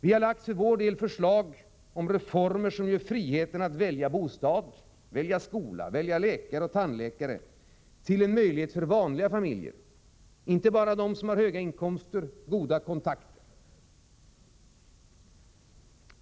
Vi har för vår del lagt förslag om reformer som gör friheten att välja bostad, skola, läkare och tandläkare till en möjlighet för vanliga familjer och inte bara för dem som har höga inkomster och goda kontakter.